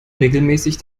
regelmäßig